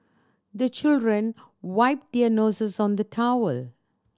the children wipe their noses on the towel